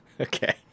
Okay